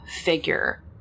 figure